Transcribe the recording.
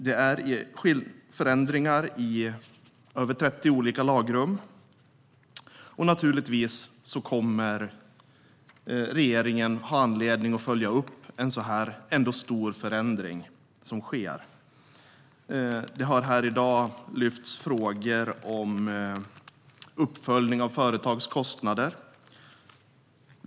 Det är förändringar i över 30 olika lagrum. Naturligtvis kommer regeringen ändå att ha anledning att följa upp en så här stor förändring som sker. Det har här i dag tagits upp frågor om uppföljning av företags kostnader.